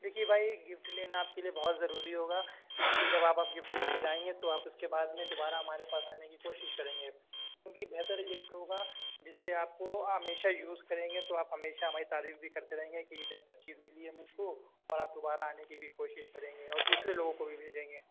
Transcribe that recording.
دیکھیے بھائی گفٹ لینا آپ کے لیے بہت ضروری ہوگا کیوں کہ جب آپ گفٹ لے کے جائیں گے تو اُس کے بعد میں دوبارہ ہمارے پاس آنے کی کوشش کریں گے کیوں کہ بہتر گفٹ ہوگا جس سے آپ کو ہمیشہ یوز کریں گے تو آپ ہمیشہ ہماری تعریف بھی کرتے رہیں گے کہ بہتر چیز مِلی ہے مجھ کو اور آپ دوبارہ آنے کی بھی کوشش کریں گے اور دوسرے لوگوں کو بھی بھیجیں گے